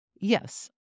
Yes